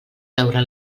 veure